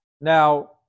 now